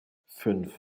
fünf